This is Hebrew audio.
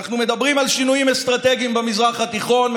אנחנו מדברים על שינויים אסטרטגיים במזרח התיכון,